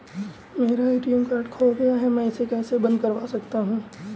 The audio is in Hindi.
मेरा ए.टी.एम कार्ड खो गया है मैं इसे कैसे बंद करवा सकता हूँ?